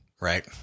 right